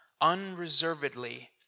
unreservedly